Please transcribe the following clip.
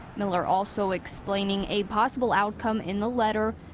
miller also explaining a possible outcome in the letter.